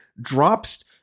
drops